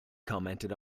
commented